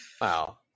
wow